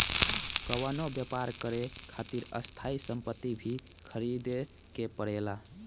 कवनो व्यापर करे खातिर स्थायी सम्पति भी ख़रीदे के पड़ेला